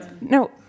no